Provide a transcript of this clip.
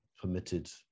permitted